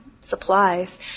supplies